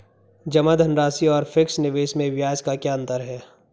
जमा धनराशि और फिक्स निवेश में ब्याज का क्या अंतर है?